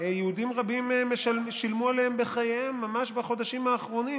יהודים רבים שילמו עליה בחייהם ממש בחודשים האחרונים.